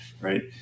right